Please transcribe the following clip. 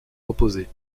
opposées